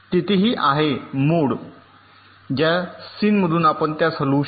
तिथेही आहे मोड ज्या सिनमधून आपण त्यास हलवू शकता